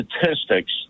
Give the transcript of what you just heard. statistics